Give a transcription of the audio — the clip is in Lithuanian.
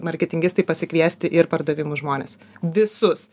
marketingistai pasikviesti ir pardavimų žmones visus